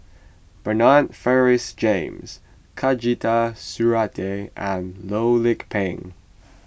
Bernard Francis James Khatijah Surattee and Loh Lik Peng